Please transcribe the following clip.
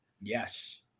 Yes